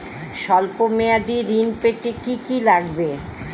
সল্প মেয়াদী ঋণ পেতে কি কি লাগবে?